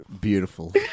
Beautiful